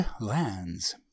Lands